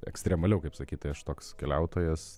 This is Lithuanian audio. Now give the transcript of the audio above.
ekstremaliau kaip sakyt tai aš toks keliautojas